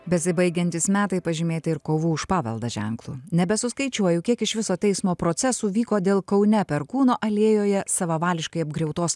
bezibaigiantys metai pažymėti ir kovų už paveldą ženklu nebesuskaičiuoju kiek iš viso teismo procesų vyko dėl kaune perkūno alėjoje savavališkai apgriautos